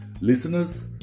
listeners